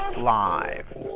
Live